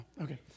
okay